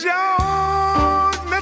Jones